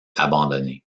abandonnée